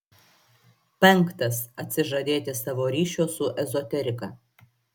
penktas atsižadėti savo ryšio su ezoterika